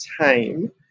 time